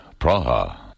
Praha